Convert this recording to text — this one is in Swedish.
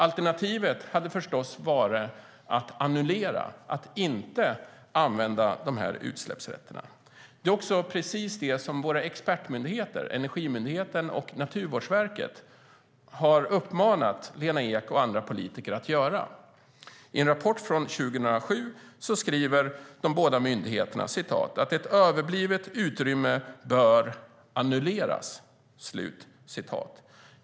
Alternativet hade förstås varit att annullera och inte använda dessa utsläppsrätter. Det är också precis det som våra expertmyndigheter Energimyndigheten och Naturvårdsverket har uppmanat Lena Ek och andra politiker att göra. I en rapport från 2007 skriver de båda myndigheterna att ett "överblivet utrymme bör annulleras".